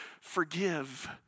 forgive